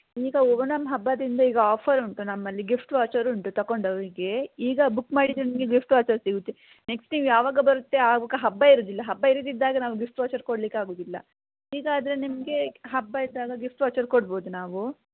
ಈಗ ಓಣಂ ಹಬ್ಬದಿಂದ ಈಗ ಆಫರ್ ಉಂಟು ನಮ್ಮಲ್ಲಿ ಗಿಫ್ಟ್ ವಾಚರ್ ಉಂಟು ತಗೊಂಡವ್ರಿಗೆ ಈಗ ಬುಕ್ ಮಾಡಿದರೆ ನಿಮಗೆ ಗಿಫ್ಟ್ ವಾಚರ್ ಸಿಗುತ್ತೆ ನೆಕ್ಸ್ಟ್ ಈಗ ಯಾವಾಗ ಬರುತ್ತೆ ಆವಾಗ ಹಬ್ಬ ಇರುವುದಿಲ್ಲ ಹಬ್ಬ ಇರದಿದ್ದಾಗ ನಾವು ಗಿಫ್ಟ್ ವೋಚರ್ ಕೊಡ್ಲಿಕ್ಕಾಗುವುದಿಲ್ಲ ಈಗ ಆದರೆ ನಿಮಗೆ ಹಬ್ಬ ಇದ್ದಾಗ ಗಿಫ್ಟ್ ವಾಚರ್ ಕೊಡ್ಬೋದು ನಾವು